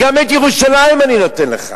גם את ירושלים אני נותן לך,